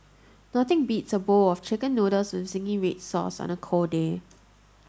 nothing beats a bowl of chicken noodles with zingy red sauce on a cold day